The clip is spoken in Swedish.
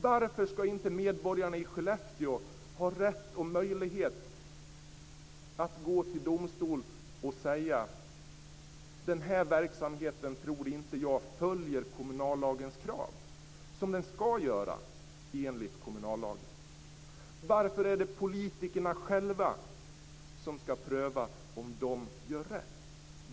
Varför skall inte medborgarna i Skellefteå ha rätt och möjlighet att gå till domstol och säga: Den här verksamheten tror inte jag följer kommunallagens krav som den skall göra. Varför är det politikerna själva som skall pröva om de gör rätt?